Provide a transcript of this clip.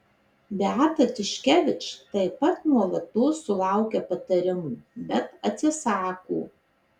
beata tiškevič taip pat nuolatos sulaukia patarimų bet atsisako